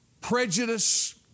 prejudice